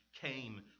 came